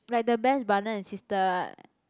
like the best brother and sister